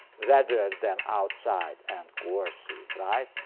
rather than outside, and coercive. right?